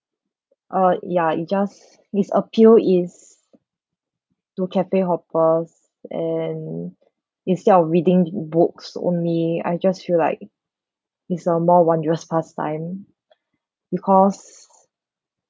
uh ya it just this appeal is to cafe hopper and instead of reading books only I just feel like it's a more wondrous pastime because